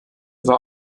war